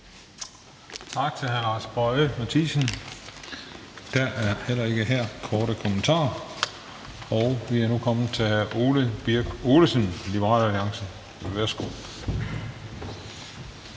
Tak til hr. Lars Boje Mathiesen. Der er heller ikke her korte bemærkninger, og vi er nu kommet til hr. Ole Birk Olesen, Liberal Alliance. Værsgo.